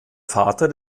vater